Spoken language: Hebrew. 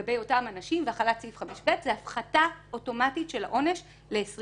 לגבי אותם אנשים והחלת סעיף 5(ב) זו הפחתה אוטומטית של העונש ל-20